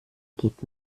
geht